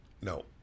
No